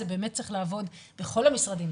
זה באמת צריך לעבוד בכל המשרדים,